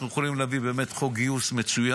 אנחנו יכולים להביא באמת חוק גיוס מצוין,